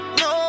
no